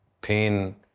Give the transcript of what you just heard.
pain